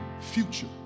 future